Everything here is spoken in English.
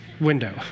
window